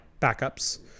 backups